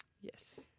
Yes